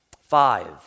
Five